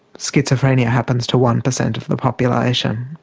schizophrenia happens to one percent of the population.